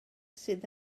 sydd